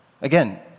Again